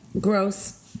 gross